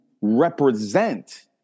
represent